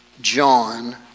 John